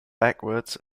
backwards